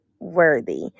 worthy